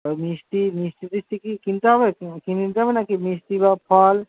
তা মিষ্টি মিষ্টি টিস্টি কি কিনতে হবে কিনে দেব না কি মিষ্টি বা ফল